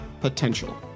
potential